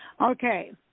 Okay